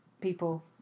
people